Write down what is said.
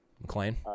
McLean